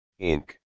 Inc